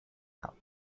out